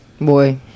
Boy